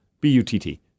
B-U-T-T